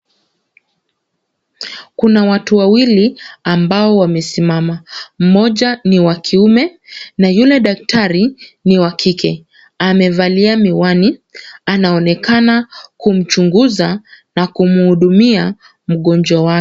Kuna watu wawili ambao wamesimama. Mmoja ni wa kiume na yule daktari ni wa kike. Amevalia miwani, anaonekana kumchunguza na kumhudumia mgonjwa wake.